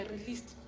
released